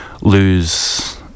lose